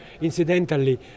Incidentally